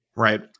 Right